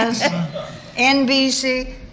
NBC